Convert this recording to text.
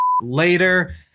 later